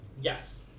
Yes